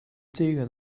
thicker